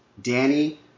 Danny